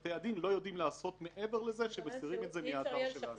שבתי הדין לא יודעים לעשות מעבר לזה שמסירים את זה מהאתר שלנו.